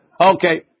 Okay